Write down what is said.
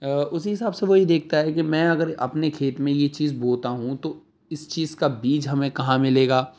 اسی حساب سے وہ یہ دیکھتا ہے کہ میں اگر اپنے کھیت میں یہ چیز بوتا ہوں تو اس چیز کا بیج ہمیں کہاں ملے گا